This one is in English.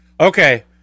okay